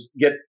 get